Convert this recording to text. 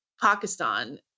Pakistan